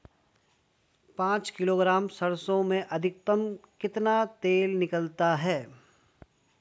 पाँच किलोग्राम सरसों में अधिकतम कितना तेल निकलता है?